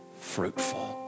fruitful